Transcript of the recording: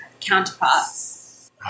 counterparts